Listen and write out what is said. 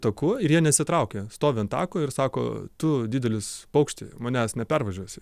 taku ir jie nesitraukia stovi ant tako ir sako tu didelis paukšti manęs nepervažiuosi